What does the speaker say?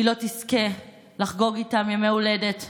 היא לא תזכה לחגוג איתם ימי הולדת וחגים,